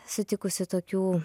sutikusi tokių